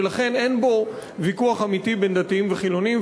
ולכן אין בו ויכוח אמיתי בין דתיים וחילונים,